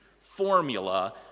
formula